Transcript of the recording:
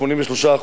83%,